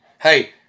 Hey